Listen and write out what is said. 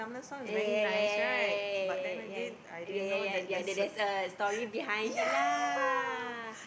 ya ya ya ya ya ya ya ya ya there there's a story behind it lah